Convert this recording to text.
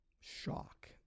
shock